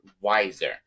wiser